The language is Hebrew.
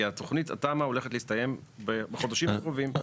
כי התמ"א הולכת להסתיים בחודשים הקרובים.